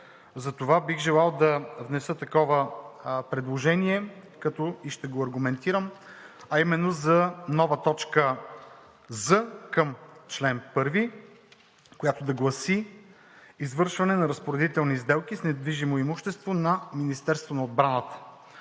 Затова бих желал да внеса такова предложение и ще го аргументирам, а именно за нова точка „з“ към чл. 1, която да гласи: „Извършване на разпоредителни сделки с недвижимо имущество на Министерството на отбраната“.